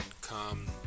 come